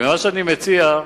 אני מציע,